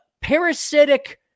parasitic